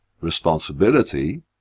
responsibility